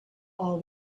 all